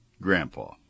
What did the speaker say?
grandpa